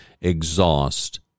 exhaust